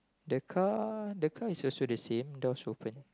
the car the car is also the same door's open